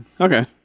Okay